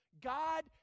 God